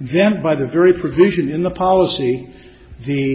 then by the very provision in the policy the